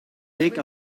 leek